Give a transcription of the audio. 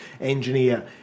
engineer